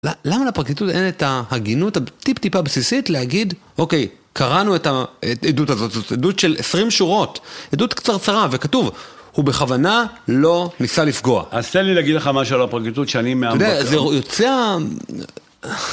למה לפרקליטות אין את ההגינות הטיפ טיפה בסיסית להגיד, אוקיי, קראנו את העדות הזאת, זאת עדות של 20 שורות, עדות קצרצרה וכתוב, הוא בכוונה לא ניסה לפגוע. אז תן לי להגיד לך משהו על הפרקליטות שאני מ... אתה יודע, זה יוצא...